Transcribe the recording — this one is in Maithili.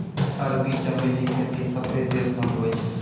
अरबी चमेली खेती सभ्भे देश मे हुवै छै